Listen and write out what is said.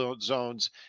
zones